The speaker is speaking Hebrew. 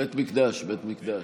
בית מקדש, בית מקדש.